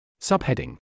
Subheading